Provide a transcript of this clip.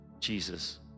Jesus